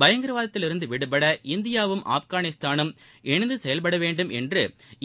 பயங்கரவாதத்தில் இருந்து விடுபட இந்தியாவும் ஆப்காளிஸ்தானும் இணைந்து செயல்பட வேண்டும் என்று